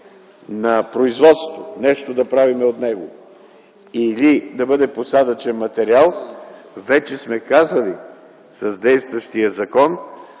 на производство, нещо да правим от него или да бъде посадъчен материал, вече сме казали с действащия закон,